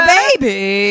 baby